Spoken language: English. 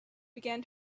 began